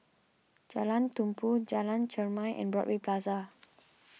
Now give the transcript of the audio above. Jalan Tumpu Jalan Chermai and Broadway Plaza